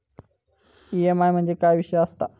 EMI म्हणजे काय विषय आसता?